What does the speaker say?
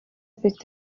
peut